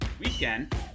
weekend